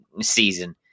season